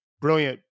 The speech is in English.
Brilliant